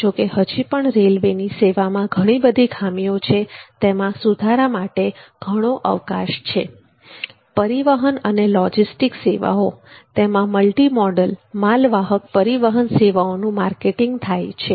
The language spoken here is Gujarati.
જોકે હજી પણ રેલવેની સેવામાં ઘણી બધી ખામીઓ છે અને તેમાં સુધારા માટે ઘણો અવકાશ છે પરિવહન અને લોજિસ્ટિક સેવાઓ તેમાં મલ્ટીમોડલ માલવાહક પરિવહન સેવાઓનું માર્કેટિંગ થાય છે